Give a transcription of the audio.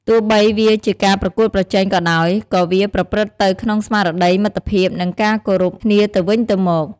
ទោះបីវាជាការប្រកួតប្រជែងក៏ដោយ ក៏វាប្រព្រឹត្តទៅក្នុងស្មារតីមិត្តភាព និងការគោរពគ្នាទៅវិញទៅមក។